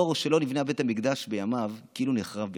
דור שלא נבנה בית המקדש בימיו כאילו נחרב בימיו.